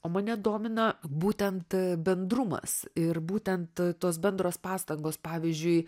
o mane domina būtent bendrumas ir būtent tos bendros pastangos pavyzdžiui